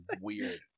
weird